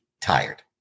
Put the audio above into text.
tired